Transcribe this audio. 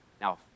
Now